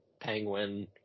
Penguin